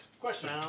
Question